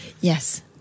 Yes